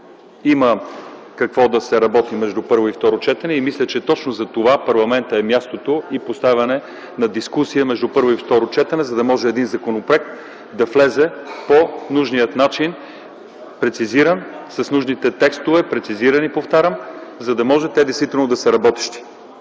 има какво да се работи между първо и второ четене. Мисля, че точно затова парламентът е мястото за поставяне на дискусия между първо и второ четене, за да може един законопроект да влезе по нужния прецизиран начин, с нужните текстове, прецизирани, повтарям, за да може те действително да са работещи.